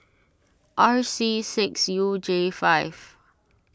R C six U J five